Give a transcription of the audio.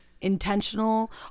intentional